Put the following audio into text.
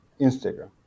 Instagram